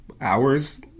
hours